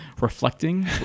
reflecting